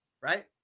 right